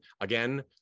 again